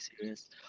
serious